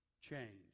change